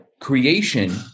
creation